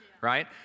right